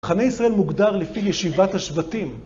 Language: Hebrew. מחנה ישראל מוגדר לפי ישיבת השבטים.